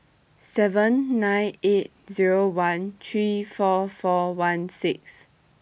seven nine eight Zero one three four four one six